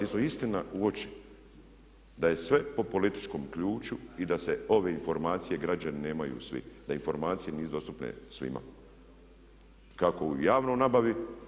Istina u oči da je sve po političkom ključu i da ove informacije građani nemaju svi, da informacije nisu dostupne svima kako u javnoj nabavi.